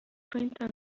printer